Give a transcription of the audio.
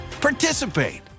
participate